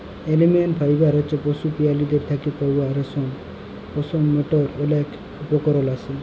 animal fibre হছে পশু পেরালীর থ্যাকে পাউয়া রেশম, পশম যেটর অলেক উপকরল আসে